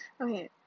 Okay